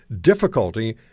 difficulty